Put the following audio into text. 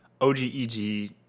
OGEG